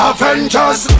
Avengers